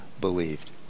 believed